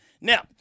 Now